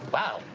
wow!